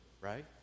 right